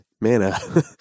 mana